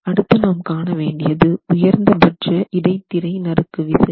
அடுத்து நாம் காணவேண்டியது உயர்ந்த பட்ச இடைத்திரை நறுக்கு விசை